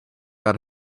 got